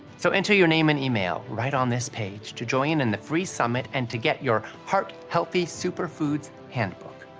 so enter your name and email right on this page to join in the free summit and to get your heart healthy super foods handbook.